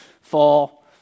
fall